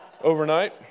overnight